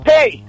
Hey